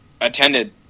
attended